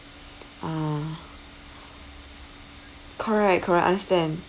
ah correct correct understand